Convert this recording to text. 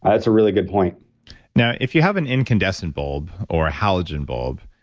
ah it's a really good point now, if you have an incandescent bulb or a halogen bulb,